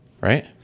right